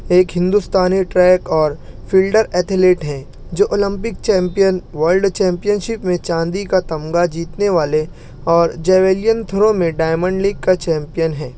ایک ہندوستانی ٹریک اور field athlete ہیں جو Olympic champion world champion میں چاندی کا تمغہ جیتنے والے اور جیویلین تھرو میں ڈائمنڈ لیگ کا چیمپئن ہیں